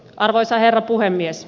arvoisa herra puhemies